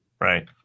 right